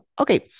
Okay